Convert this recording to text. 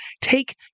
take